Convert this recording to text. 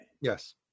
Yes